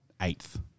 eighth